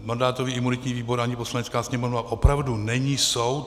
Mandátový imunitní výbor ani Poslanecká sněmovna opravdu není soud.